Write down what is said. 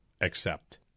accept